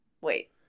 wait